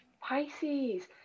Pisces